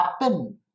happen